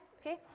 okay